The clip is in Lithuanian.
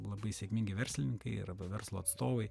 labai sėkmingi verslininkai arba verslo atstovai